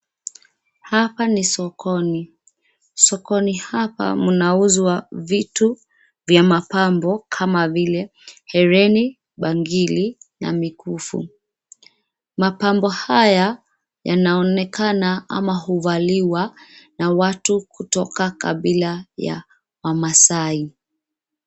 Hapa ni sokoni. Sokoni hapa mnauzwa vitu vya mapambo kama vile Hereni, bangili na mikufu. Mapambo haya, yanaonekana ama huvaliwa na watu kutoka kabila ya wamaasai.